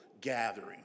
gathering